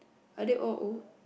are they all old